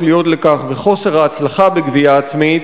להיות לכך וחוסר ההצלחה בגבייה עצמית,